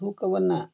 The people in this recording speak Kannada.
ತೂಕವನ್ನು